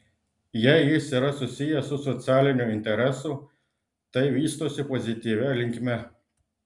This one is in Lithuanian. jei jis yra susijęs su socialiniu interesu tai vystosi pozityvia linkme